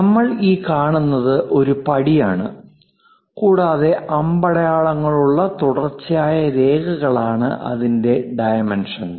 നമ്മൾ ഈ കാണുന്നത് ഒരു പടിയാണ് കൂടാതെ അമ്പടയാളങ്ങളുള്ള തുടർച്ചയായ രേഖകളാണ് അതിന്റെ ഡൈമെൻഷൻസ്